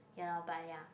ya lor but ya